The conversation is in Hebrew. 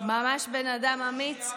ממש בן אדם אמיץ.